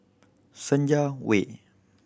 Senja Way